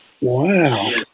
Wow